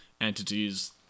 entities